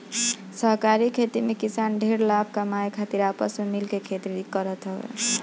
सहकारी खेती में किसान ढेर लाभ कमाए खातिर आपस में मिल के खेती करत हवे